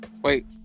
wait